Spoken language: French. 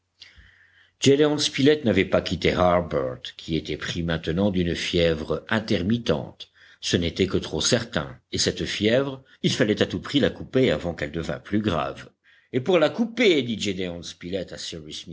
gédéon spilett n'avait pas quitté harbert qui était pris maintenant d'une fièvre intermittente ce n'était que trop certain et cette fièvre il fallait à tout prix la couper avant qu'elle devînt plus grave et pour la couper dit